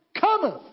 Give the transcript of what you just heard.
Cometh